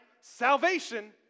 salvation